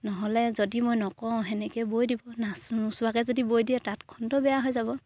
নহ'লে যদি মই নকওঁ সেনেকে বৈ দিব নাচো নোচোৱাকে যদি বৈ দিয়ে তাতখনতো বেয়া হৈ যাব